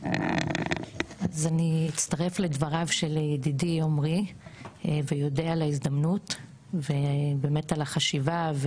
אז אני אצטרף לדבריו של ידידי עומרי ואודה על ההזדמנות ובאמת על החשיבה,